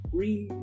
green